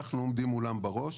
אנחנו עומדים מולם בראש,